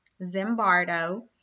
Zimbardo